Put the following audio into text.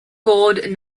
gold